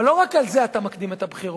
אבל לא רק על זה אתה מקדים את הבחירות.